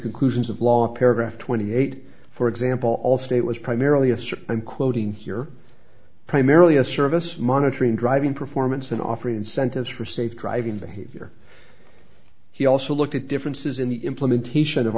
conclusions of law paragraph twenty eight for example allstate was primarily a survey i'm quoting here primarily a service monitoring driving performance and offering incentives for safe driving behavior he also looked at differences in the implementation of